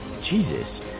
Jesus